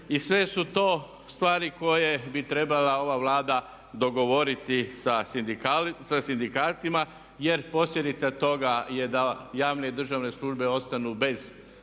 Sve su to stvari koje bi trebala ova Vlada dogovoriti sa sindikatima jer posljedica toga je da javne i državne službe ostanu bez